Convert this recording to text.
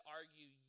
argue